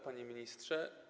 Panie Ministrze!